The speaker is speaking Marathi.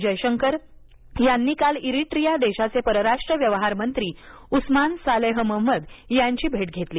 जयशंकर यांनी काल इरिट्रिया देशाचे परराष्ट्र व्यवहार मंत्री उस्मान सालेह महंमद यांची भेट घेतली